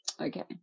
okay